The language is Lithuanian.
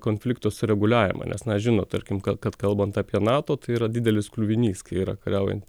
konflikto sureguliavimą nes na žinot tarkim kad kad kalbant apie nato tai yra didelis kliuvinys kai yra kariaujant